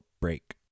break